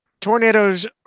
tornadoes